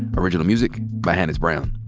original music by hannis brown.